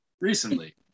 Recently